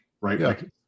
right